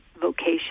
vocation